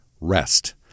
rest